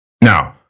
now